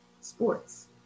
sports